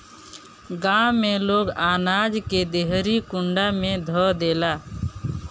गांव में लोग अनाज के देहरी कुंडा में ध देवेला